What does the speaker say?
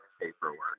paperwork